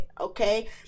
Okay